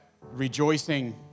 rejoicing